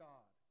God